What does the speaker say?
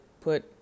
put